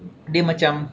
dia macam